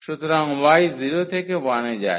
সুতরাং y 0 থেকে 1 এ যায়